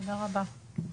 תודה רבה.